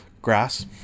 Grass